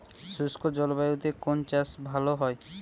শুষ্ক জলবায়ুতে কোন চাষ ভালো হয়?